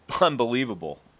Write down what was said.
Unbelievable